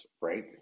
right